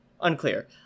Unclear